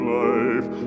life